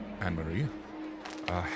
Anne-Marie